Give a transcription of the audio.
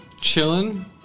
chilling